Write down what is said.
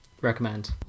Recommend